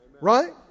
Right